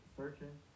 searching